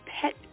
pet